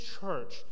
church